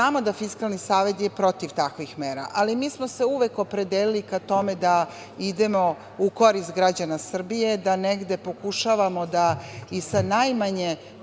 da je Fiskalni savet protiv takvih mera. Mi smo se uvek opredelili ka tome da idemo u korist građana Srbije, da negde pokušavamo da i sa najmanjom